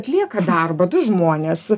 atlieka darbą du žmonės